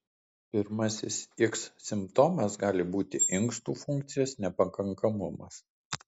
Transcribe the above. pirmasis iks simptomas gali būti ir inkstų funkcijos nepakankamumas